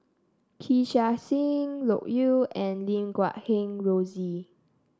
Kee Chia Hsing Loke Yew and Lim Guat Kheng Rosie